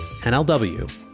NLW